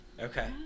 Okay